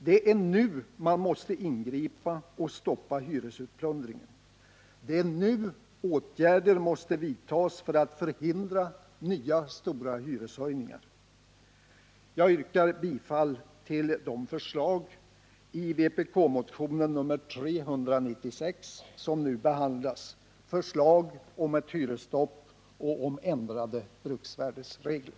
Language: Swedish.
Det är nu man måste ingripa och stoppa hyresutplundringen. Det är nu åtgärder måste vidtas för att förhindra nya stora hyreshöjningar. Herr talman! Jag yrkar bifall till de förslag i vpk-motionen 396 som nu behandlas — förslag om ett hyresstopp och ändrade bruksvärdesregler.